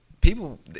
people